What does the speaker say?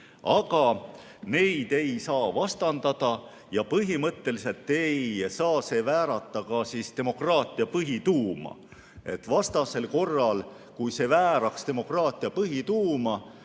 Aga neid ei saa vastandada ja põhimõtteliselt ei saa see väärata ka demokraatia põhituuma. Vastasel korral, kui see vääraks demokraatia põhituuma,